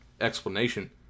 explanation